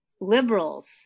liberals